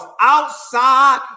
outside